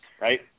right